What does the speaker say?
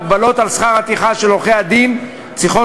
ההגבלות על שכר הטרחה של עורכי-הדין צריכות